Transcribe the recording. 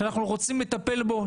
שאנחנו רוצים לטפל בו,